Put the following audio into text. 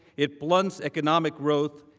it blunts economic growth.